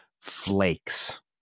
flakes